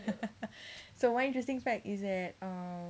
so one interesting fact is that um